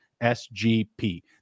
SGP